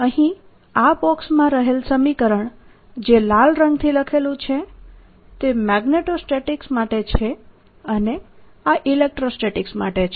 અહીં આ બોક્સમાં રહેલ સમીકરણ જે લાલ રંગથી લખેલું છે તે મેગ્નેટોસ્ટેટીકસ માટે છે અને આ ઇલેક્ટ્રોસ્ટેટીકસ માટે છે